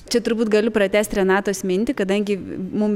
čia turbūt galiu pratęst renatos mintį kadangi mum